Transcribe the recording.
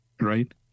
right